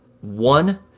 one